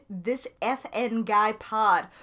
thisfnguypod